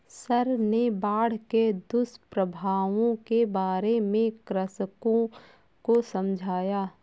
sir ने बाढ़ के दुष्प्रभावों के बारे में कृषकों को समझाया